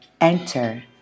enter